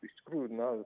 iš tikrųjų na